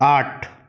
आठ